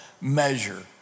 measure